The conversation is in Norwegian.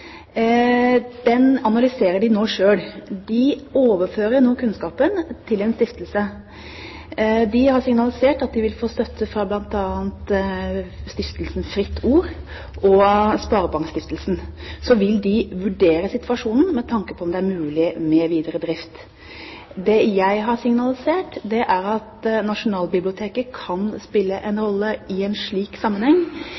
analyserer de nå selv. De overfører nå kunnskapen til en stiftelse. De har signalisert at det vil få støtte fra bl.a. Stiftelsen Fritt Ord og Sparebankstiftelsen. Så vil de vurdere situasjonen med tanke på om det er mulig med videre drift. Det jeg har signalisert, er at Nasjonalbiblioteket kan spille en